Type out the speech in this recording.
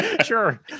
sure